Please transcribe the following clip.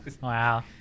Wow